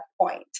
point